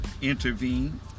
intervene